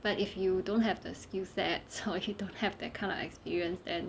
but if you don't have the skill sets or you don't have that kind of experience then